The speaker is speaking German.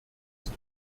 ist